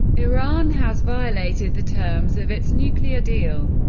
iran has violated the terms of its nuclear deal.